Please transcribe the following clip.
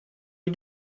you